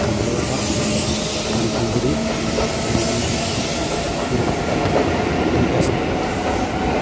Kambilikandam Panikkankudi Muniyara Irumalakkappu Murickassery